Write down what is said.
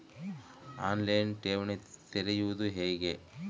On line ಠೇವಣಿ ತೆರೆಯುವುದು ಹೇಗೆ?